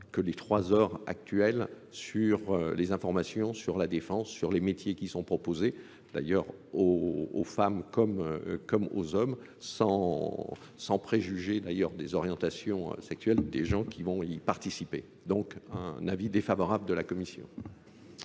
que les trois heures actuelles sur les informations, sur la défense, sur les métiers qui sont proposés, d'ailleurs aux femmes comme aux hommes, sans préjuger d'ailleurs des orientations sexuelles des gens qui vont y participer. Donc un avis défavorable de la Commission.